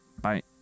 Bye